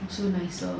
also nicer